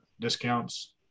discounts